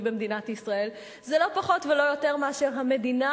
במדינת ישראל זה לא פחות ולא יותר המדינה,